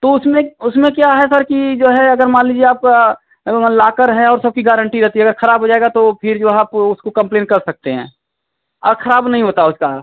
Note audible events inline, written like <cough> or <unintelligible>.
तो उसमें उसमें क्या है सर कि जो है अगर मान लीजिए आपका <unintelligible> लाकर है और सबकी गारन्टी रहती है अगर खराब हो जाएगा तो फ़िर वहाँ पर ओ उसको कंप्लेन कर सकते हैं और खराब नहीं होता उसका